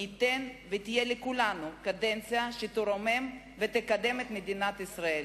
מי ייתן ותהיה לכולנו קדנציה שתרומם ותקדם את מדינת ישראל.